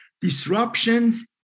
disruptions